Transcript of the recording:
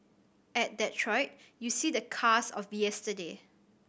at Detroit you see the cars of yesterday